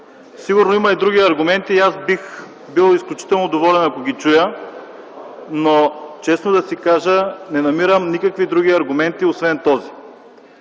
Сигурно има и други аргументи и аз бих бил изключително доволен ако ги чуя, но честно да си кажа, не намирам никакви други аргументи, освен този.